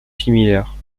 similaire